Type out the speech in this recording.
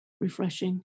refreshing